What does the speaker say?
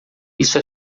isso